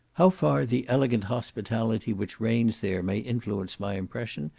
how far the elegant hospitality which reigns there may influence my impression,